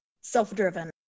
self-driven